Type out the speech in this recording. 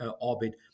orbit